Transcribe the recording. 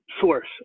source